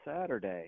Saturday